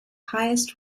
highest